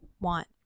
want